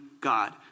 God